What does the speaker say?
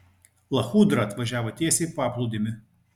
lachudra atvažiavo tiesiai į paplūdimį